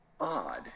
odd